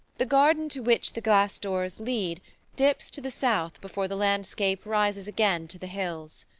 the garden to which the glass doors lead dips to the south before the landscape rises again to the hills.